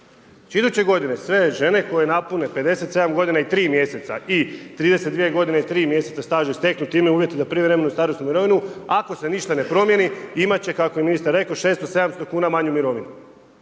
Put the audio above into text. iduće godine sve žene koje napune 57 godina i 3 mjeseca i 32 godine i 3 mjeseca staža i steknu time uvjete za prijevremenu starosnu mirovinu, ako se ništa ne promijeni, imat će kako je ministar rekao 600, 700 kuna manju mirovinu.